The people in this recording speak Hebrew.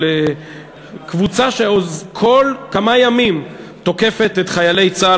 קבוצה שכל כמה ימים תוקפת את חיילי צה"ל.